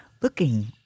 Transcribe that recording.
Looking